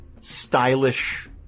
stylish